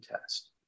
test